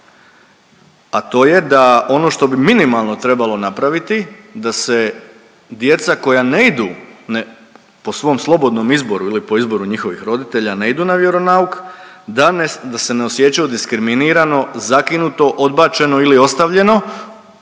a to je da ono što bi minimalno trebalo napraviti da se djeca koja ne idu po svom slobodnom izboru ili po izboru njihovih roditelja ne idu na vjeronauk, da se ne osjećaju diskriminirano, zakinuto, odbačeno ili ostavljeno